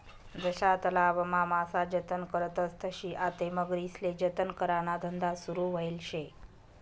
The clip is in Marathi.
जशा तलावमा मासा जतन करतस तशी आते मगरीस्ले जतन कराना धंदा सुरू व्हयेल शे